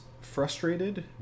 frustrated